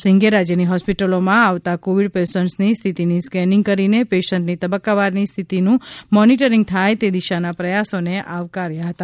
સિંઘે રાજ્યની હોસ્પિટલોમાં આવતા કોવિડ પેશન્ટ્સની સ્થિતિનું સ્કેનિંગ કરીને પેશન્ટની તબક્કાવારની સ્થિતિનું મોનિટરિંગ થાય તે દિશાના પ્રથાસોને આવકાર્ય ગણાવ્યા હતા